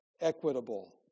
equitable